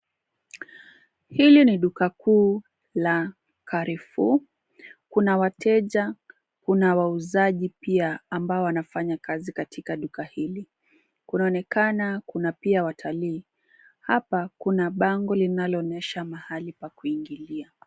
Hili ni duka kuu la Carrefour, kuna wateja, kuna wauzaji pia ambao wanafanya kazi katika duka hili. Kunaonekana kuna pia watalii, hapa kuna bango linaloonyesha mahali pa kuingilia.